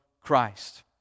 Christ